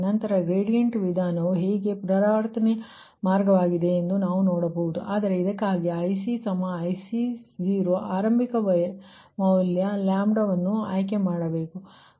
ನಂತರ ಗ್ರೇಡಿಯಂಟ್ ವಿಧಾನವು ಹೇಗೆ ಪುನರಾವರ್ತನೆಯ ಮಾರ್ಗವಾಗಿದೆ ಎಂದು ನಾವು ನೋಡಬಹುದು ಆದರೆ ಇದಕ್ಕಾಗಿ ICIC0 ಆರಂಭಿಕ ಮೌಲ್ಯ ವನ್ನು ಆಯ್ಕೆ ಮಾಡಬೇಕು